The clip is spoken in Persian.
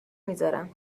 میذارم